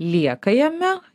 lieka jame